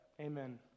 amen